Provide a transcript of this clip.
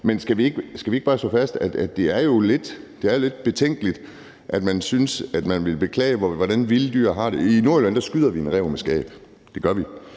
Men skal vi ikke bare slå fast, at det jo er lidt betænkeligt, at man vil beklage, hvordan vilde dyr har det. Oppe i Nordjylland skyder vi en ræv med skab, for det